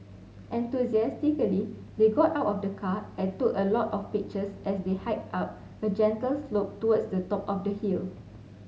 enthusiastically they got out of the car and took a lot of pictures as they hiked up a gentle slope towards the top of the hill